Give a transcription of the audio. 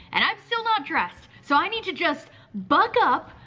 and i'm still not dressed. so i need to just buck up,